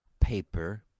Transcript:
paper